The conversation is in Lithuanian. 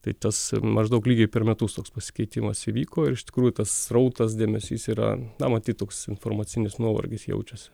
tai tas maždaug lygiai per metus toks pasikeitimas įvyko ir iš tikrųjų tas srautas dėmesys yra na matyt toks informacinis nuovargis jaučiasi